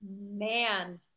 man